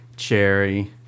Cherry